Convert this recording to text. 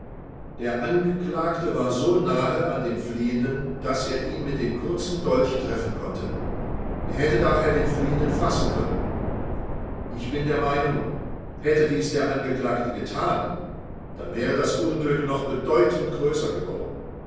der angeklagte war so nahe an dem fliehenden daß er ihn mit dem kurzen dolch treffen konnte er hätte daher den fliehenden fassen können ich bin der meinung hätte dies der angeklagte getan dann wäre das unglück noch bedeutend größer geworden